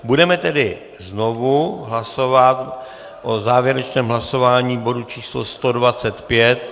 Budeme tedy znovu hlasovat o závěrečném hlasování bodu číslo 125.